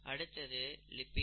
அடுத்தது லிப்பிடுகள்